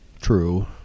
True